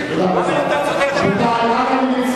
רבותי,